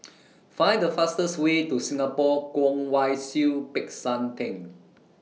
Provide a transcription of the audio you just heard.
Find The fastest Way to Singapore Kwong Wai Siew Peck San Theng